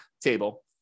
table